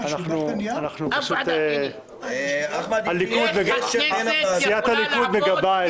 יש עתיד-תל"ם שלושה חברים: